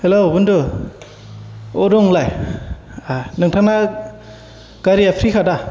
hello बुन्दु बबाव दं नोंलाय नोंथांना गारिया फ्रि खा दा